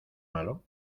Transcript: malo